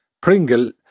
Pringle